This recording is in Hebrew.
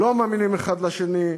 לא מאמינים אחד לשני,